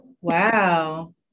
Wow